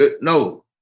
No